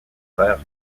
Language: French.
frères